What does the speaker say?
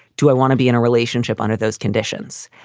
do i want to be in a relationship under those conditions?